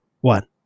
one